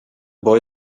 boy